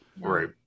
right